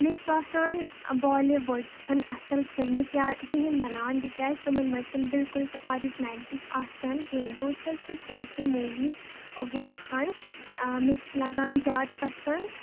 مےٚ چھُ باسان بالی وُڈ چھ نہٕ اَصٕل فِلمہٕ کیٛاہ کِہیٖنۍ بَنان تِکیازِ تِمَن منٛز چھِ نہٕ بِلکُل تہِ آرجنیلٹی آسان کِہیٖنۍ توتہِ چھَس بہٕ کیٚنٛہہ کیٚنٛہہ موٗویٖز وٕچھان مےٚ چھِ لَگان زیادٕ پَسَنٛد